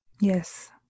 Yes